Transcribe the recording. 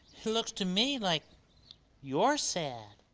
looks to me like you're sad.